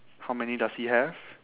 how many does he have